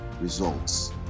results